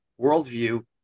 worldview